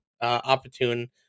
opportune